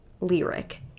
lyric